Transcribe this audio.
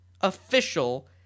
official